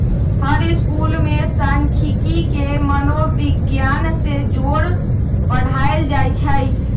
हर school में सांखियिकी के मनोविग्यान से जोड़ पढ़ायल जाई छई